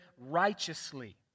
righteously